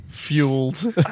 fueled